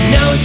Now